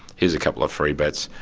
here's a couple of free bets,